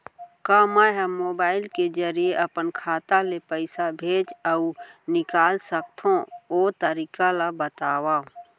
का मै ह मोबाइल के जरिए अपन खाता ले पइसा भेज अऊ निकाल सकथों, ओ तरीका ला बतावव?